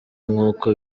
nkuko